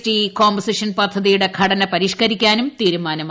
T composition പദ്ധതിയുടെ ഘടന പരിഷ്കരിക്കാനും തീരുമാനമായി